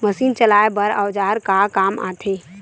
Machine चलाए बर औजार का काम आथे?